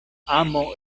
amo